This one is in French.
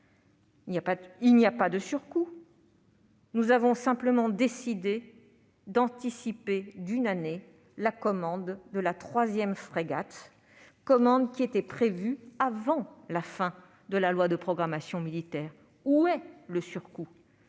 il n'y a là aucun surcoût ! Nous avons simplement décidé d'anticiper d'une année la commande de la troisième frégate, qui était prévue avant la fin de la loi de programmation militaire. Où est donc le surcoût ?